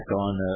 on